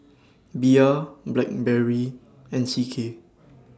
Bia Blackberry and C K